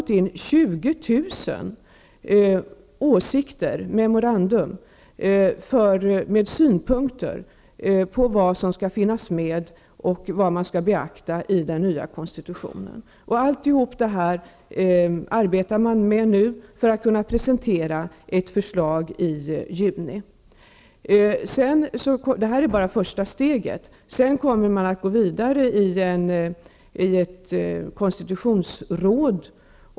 20 000 memorandum har lämnats in med synpunkter på vad som bör tas med och beaktas i den nya konstitutionen. Det sker nu ett arbete, och ett förslag skall presenteras i juni. Det här är bara första steget. Arbetet kommer att fortsätta i ett konstitutionsråd.